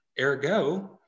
ergo